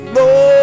no